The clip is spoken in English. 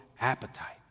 appetite